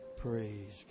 Praise